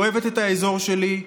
אוהבת את האזור שלי,